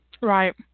Right